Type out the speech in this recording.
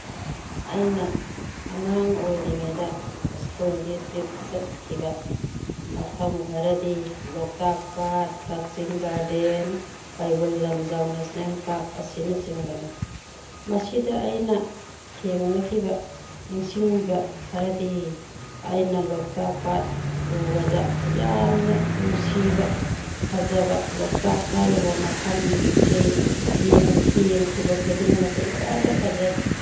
ꯑꯩꯅ ꯑꯉꯥꯡ ꯑꯣꯏꯔꯤꯉꯩꯗ ꯁ꯭ꯀꯨꯜꯒꯤ ꯇ꯭ꯔꯤꯞ ꯆꯠꯈꯤꯕ ꯃꯐꯝ ꯈꯔꯗꯤ ꯂꯣꯛꯇꯥꯛ ꯄꯥꯠ Kakching garden Keibul Lamjao national park ꯑꯁꯤꯅꯆꯤꯡꯕꯅꯤ ꯃꯁꯤꯗ ꯑꯩꯅ ꯊꯦꯡꯅꯈꯤꯕ ꯅꯤꯡꯁꯤꯡꯕ ꯈꯔꯗꯤ ꯑꯩꯅ ꯂꯣꯛꯇꯥꯛ ꯄꯥꯠ ꯎꯕꯗ ꯌꯥꯝꯅ ꯅꯨꯡꯁꯤꯕ ꯐꯖꯕ ꯂꯣꯛꯇꯥꯛ ꯍꯥꯏꯔꯤꯕ ꯃꯐꯝꯁꯤ ꯌꯦꯡꯈꯤ ꯌꯦꯡꯈꯤꯕ ꯈꯨꯗꯤꯡꯃꯛꯇ ꯏꯐꯗ ꯐꯖꯩ